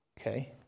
okay